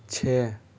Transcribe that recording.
چھ